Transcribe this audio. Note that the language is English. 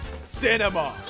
cinema